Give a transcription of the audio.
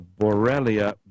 Borrelia